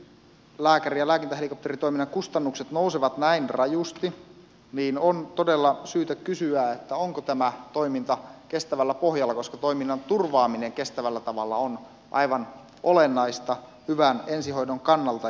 kun nyt lääkäri ja lääkintähelikopteritoiminnan kustannukset nousevat näin rajusti niin on todella syytä kysyä onko tämä toiminta kestävällä pohjalla koska toiminnan turvaaminen kestävällä tavalla on aivan olennaista hyvän ensihoidon kannalta